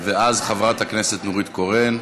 ואז חברת הכנסת נורית קורן.